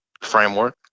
framework